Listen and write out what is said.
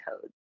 codes